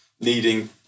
needing